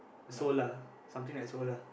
solar something like solar